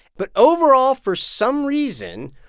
but overall, for some reason,